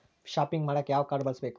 Shopping ಮಾಡಾಕ ಯಾವ card ಬಳಸಬೇಕು?